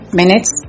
minutes